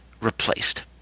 replaced